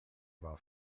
war